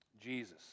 Jesus